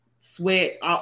sweat